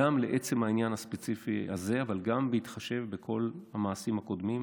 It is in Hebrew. גם לעצם העניין הספציפי הזה אבל גם בהתחשב בכל המעשים הקודמים,